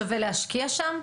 ושווה להשקיע שם.